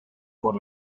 por